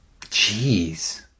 Jeez